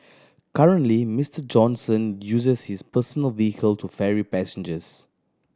currently Mister Johnson uses his personal vehicle to ferry passengers